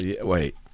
Wait